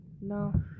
No